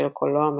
בשל קולו המחוספס.